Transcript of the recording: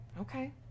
okay